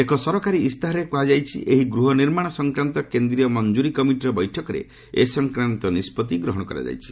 ଏକ ସରକାରୀ ଇସ୍ତାହାରରେ କୁହାଯାଇଛି ଯେ ଏହି ଗୃହ ନିର୍ମାଣ ସଂକ୍ରାନ୍ତ କେନ୍ଦ୍ରୀୟ ମଞ୍ଜୁରୀ କମିଟିର ବୈଠକରେ ଏ ସଂକ୍ରାନ୍ତ ନିଷ୍ପଭି ଗ୍ରହଣ କରାଯାଇଛି